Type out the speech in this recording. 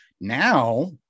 Now